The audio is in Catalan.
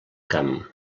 camp